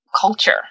culture